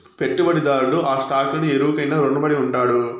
పెట్టుబడిదారుడు ఆ స్టాక్ లను ఎవురికైనా రునపడి ఉండాడు